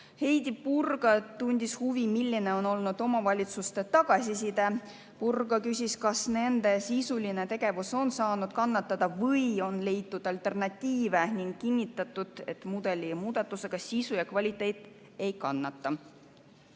Heidy Purga tundis huvi, milline on olnud omavalitsuste tagasiside. Purga küsis, kas nende sisuline tegevus on saanud kannatada või on leitud alternatiive ning kinnitatud, et mudeli muudatusega sisu ja kvaliteet ei kannata.